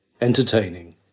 entertaining